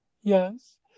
yes